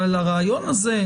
אבל הרעיון הזה,